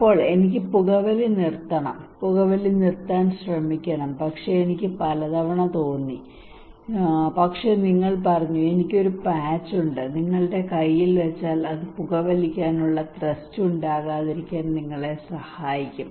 അപ്പോൾ എനിക്ക് പുകവലി നിർത്തണം പുകവലി നിർത്താൻ ശ്രമിക്കണം പക്ഷേ എനിക്ക് പലതവണ തോന്നി പക്ഷേ നിങ്ങൾ പറഞ്ഞു എനിക്ക് ഒരു പാച്ച് ഉണ്ട് നിങ്ങൾ നിങ്ങളുടെ കൈയിൽ വെച്ചാൽ അത് പുകവലിക്കാനുള്ള ത്രസ്റ്റ് ഉണ്ടാകാതിരിക്കാൻ നിങ്ങളെ സഹായിക്കും